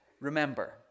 Remember